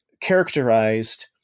characterized